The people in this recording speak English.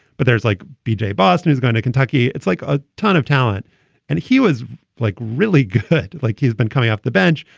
but there's like b j. bosner is going to kentucky. kentucky. it's like a ton of talent and he was like, really good. like he's been coming off the bench.